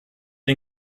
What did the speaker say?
den